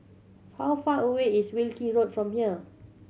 how far away is Wilkie Road from here